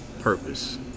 purpose